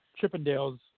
Chippendale's